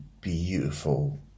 beautiful